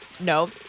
No